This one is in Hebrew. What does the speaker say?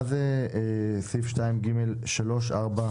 מה זה סעיף 2ג(3), (4)